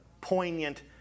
poignant